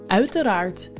uiteraard